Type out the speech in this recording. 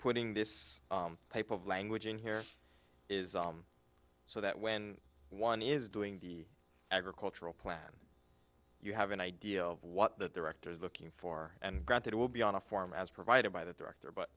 putting this type of language in here is so that when one is doing the agricultural plan you have an idea of what the director is looking for and got that will be on a form as provided by the director but